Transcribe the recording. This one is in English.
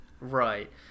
Right